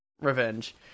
revenge